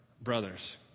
brothers